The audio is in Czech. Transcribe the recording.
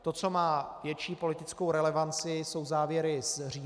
To, co má větší politickou relevanci, jsou závěry z Říma.